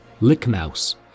Lickmouse